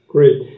Great